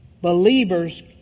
believers